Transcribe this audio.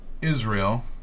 Israel